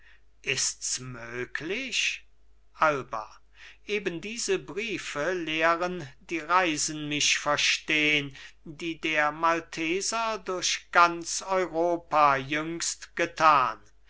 ists möglich alba eben diese briefe lehren die reisen mich verstehn die da malteser durch ganz europa jüngst getan